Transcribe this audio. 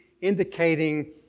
indicating